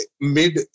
mid